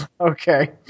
Okay